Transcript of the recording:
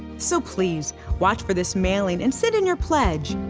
so please watch for this mailing and send in your pledge.